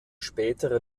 spätere